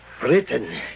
Britain